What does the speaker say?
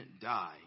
die